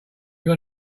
got